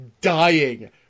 dying